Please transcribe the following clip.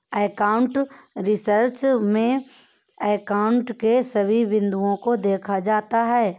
accounting research में accounting के सभी बिंदुओं को देखा जाता है